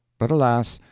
but alas!